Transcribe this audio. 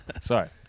Sorry